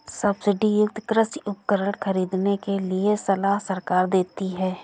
subsidy युक्त कृषि उपकरण खरीदने के लिए सलाह सरकार देती है